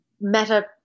meta